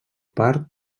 part